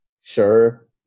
Sure